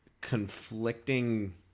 conflicting